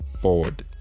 forward